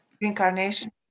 reincarnation